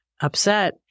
upset